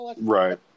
Right